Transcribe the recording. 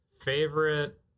favorite